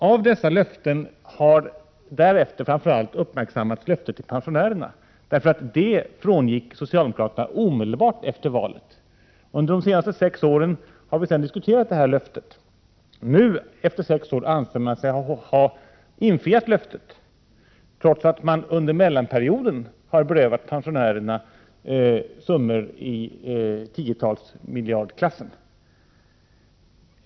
Av dessa fyra löften har därefter framför allt uppmärksammats löftet till pensionärerna, för det frångick socialdemokraterna omedelbart efter valet. Under de senaste sex åren har vi sedan diskuterat detta löfte. Först nu, efter sex år, anser man sig ha infriat löftet, trots att man under mellanperioden har berövat pensionärerna summor i storleksklassen tiotals miljarder.